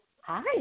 Hi